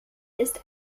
ist